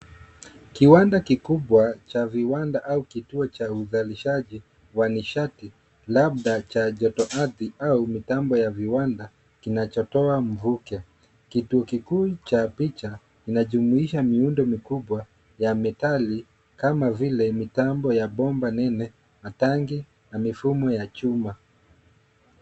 Kiwanda kikubwa cha viwanda au kituo cha uzalishaji wa nisati labda cha jotoardhi au mitambo ya viwanda kinachotoa mvuke. Kituo kikuu cha picha kinajumuisha miundo mikubwa ya metali kama vile mitambo ya bomba nene, matangi na mifumo ya chuma.